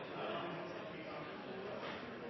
han